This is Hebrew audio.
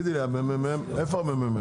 נציגת מרכז המחקר והמידע,